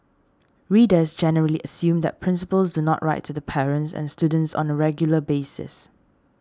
readers generally assume that principals do not write to the parents and students on a regular basis